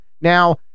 Now